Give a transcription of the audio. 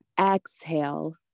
exhale